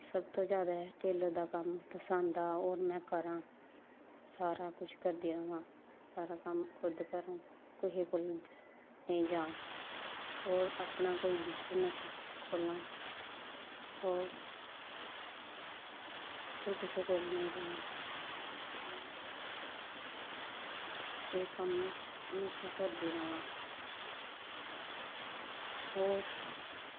सब तो जैदा मिगी टेल्लर दा कम्म पसंद ऐ होर में करांऽ सारा कम्म करदी र'वां कुसै कोल निं जांऽ होर अपना कोई बिज़नस खोह्ल्लां होर कुसै कोल निं जांऽ एह् कम्म म्हैशा करदी र'वां होर